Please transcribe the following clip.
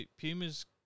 Pumas